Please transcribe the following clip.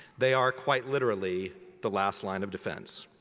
they are quite literally the last line of defense.